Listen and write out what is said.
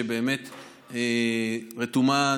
שבאמת רתומה.